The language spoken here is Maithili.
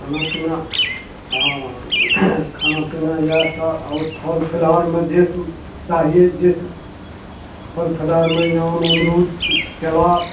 खाना पीना हँ खाना पीना इएह सब आओर फल फलहारमे जे किछु चाहिये जे किछु फल फलहारमे आम अमरूद केला